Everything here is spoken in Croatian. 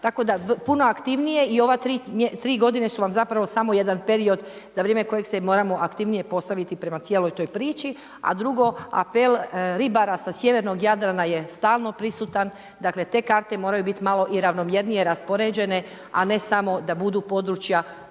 Tako da puno aktivnije i ove 3 godine su vam zapravo samo jedan period za vrijeme kojeg se moramo aktivnije postaviti prema cijeloj toj priči, a drugo apel ribara sa sjevernog Jadrana je stalno prisutan, dakle te karte moraju biti i malo ravnomjernije raspoređene, a ne samo da budu područja